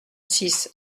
six